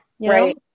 Right